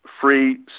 free